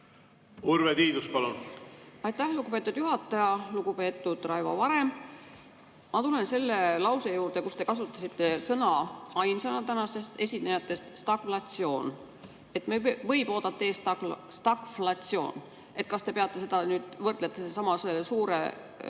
Urve Tiidus, palun!